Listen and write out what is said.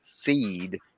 feed